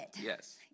Yes